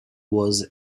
was